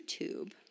YouTube